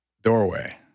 doorway